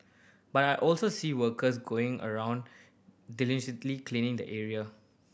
but I also see workers going around diligently cleaning the area